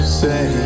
say